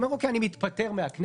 הוא אומר: אני מתפטר מהכנסת,